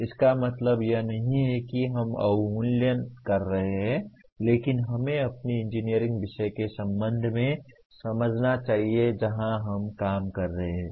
इसका मतलब यह नहीं है कि हम अवमूल्यन कर रहे हैं लेकिन हमें अपने इंजीनियरिंग विषय के संबंध में समझना चाहिए जहां हम काम कर रहे हैं